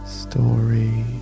story